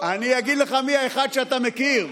אני אגיד לך מי האחד שאני מכיר.